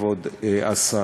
כבוד השר,